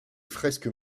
fresques